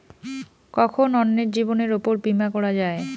কখন অন্যের জীবনের উপর বীমা করা যায়?